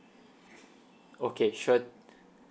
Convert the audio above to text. okay sure